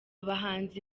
bahanzi